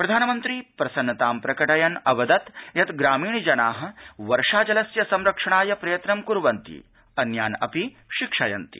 प्रधानमन्त्री प्रसन्नतां प्रकटयन् अवदत् यत् ग्रामीणजनाः वर्षाजलस्य संरक्षणाय प्रयत्नं कुर्वन्ति अन्यान् अपि शिक्षयन्ति